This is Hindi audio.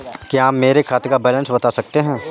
क्या आप मेरे खाते का बैलेंस बता सकते हैं?